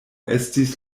estis